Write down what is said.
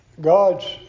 God's